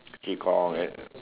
qi-gong and